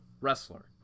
wrestler